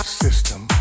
system